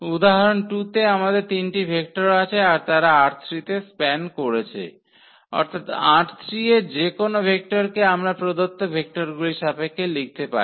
উদাহরণ 2 তে আমাদের তিনটি ভেক্টর আছে আর তারা ℝ3 তে স্প্যান করেছে অর্থাৎ ℝ3 এর যেকোনো ভেক্টরকে আমরা প্রদত্ত ভেক্টরগুলির সাপেক্ষে লিখতে পারি